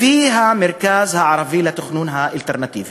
לפי המרכז הערבי לתכנון אלטרנטיבי,